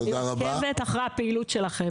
אני עוקבת אחרי הפעילות שלכם.